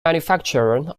manufacturer